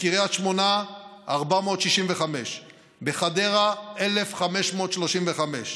בקריית שמונה, 465, בחדרה, 1,535,